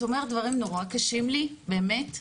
את אומרת דברים נורא קשים לי, באמת,